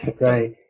Right